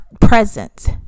present